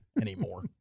anymore